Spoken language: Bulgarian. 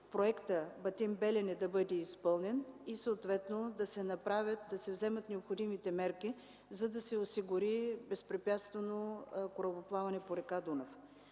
проектът „Батим–Белене” да бъде изпълнен и съответно да се вземат необходимите мерки, за да се осигури безпрепятствено корабоплаване по река Дунав.